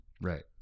Right